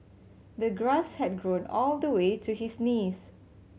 the grass had grown all the way to his knees